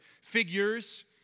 figures